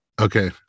Okay